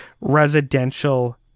residential